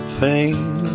pain